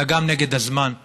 אלא גם נגד הזמן,